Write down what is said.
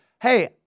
hey